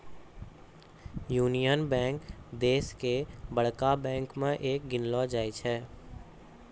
union bank देश के बड़का बैंक मे एक गिनलो जाय छै